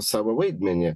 savo vaidmenį